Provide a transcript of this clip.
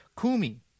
Kumi